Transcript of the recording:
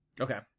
Okay